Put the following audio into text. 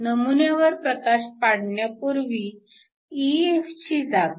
नमुन्यावर प्रकाश पाडण्यापूर्वी EF ची जागा